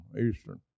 Eastern